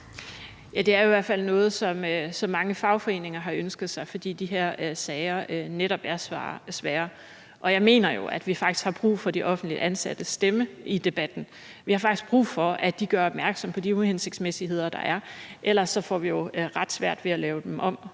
Ja, det er jo i hvert fald noget, som mange fagforeninger har ønsket sig, fordi de her sager netop er så svære. Og jeg mener jo, at vi faktisk har brug for de offentligt ansattes stemme i debatten. Vi har faktisk brug for, at de gør opmærksom på de uhensigtsmæssigheder, der er; ellers får vi jo ret svært ved at lave dem om.